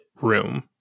room